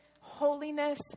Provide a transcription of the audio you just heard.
holiness